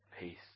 peace